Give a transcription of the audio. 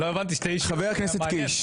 חבר הכנסת קיש,